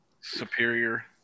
Superior